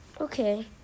Okay